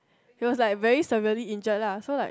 he was like very severely injured lah so like